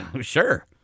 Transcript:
Sure